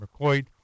McCoy